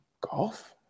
Golf